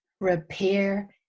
Repair